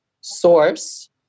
source